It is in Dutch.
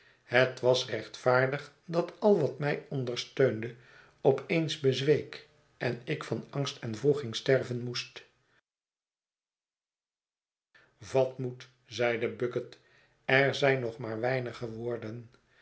het was rechtvaardig dat al wat mij ondersteunde op eens bezweek en ik van angst en wroeging sterven moest vat moed zeide bucket er zijn nog maar weinige woorden